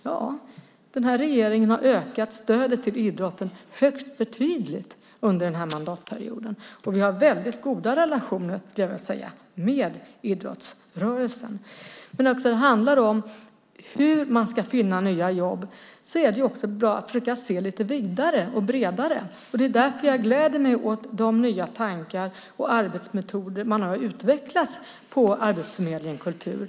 Ja, den här regeringen har ökat stödet till idrotten högst betydligt under denna mandatperiod, och vi har väldigt goda relationer med idrottsrörelsen. När det handlar om hur man ska finna nya jobb är det också bra att försöka se lite vidare och bredare. Det är därför jag gläder mig åt de nya tankar och arbetsmetoder man har utvecklat på Arbetsförmedlingen Kultur.